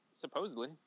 supposedly